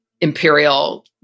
imperial